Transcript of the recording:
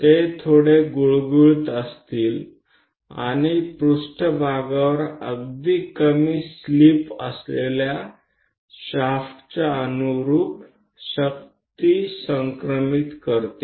તે થોડી સરળ હશે અને સપાટી પર ખૂબ જ ઓછી સ્લીપ સાથે શાફ્ટ ને પાવર પૂરો પાડશે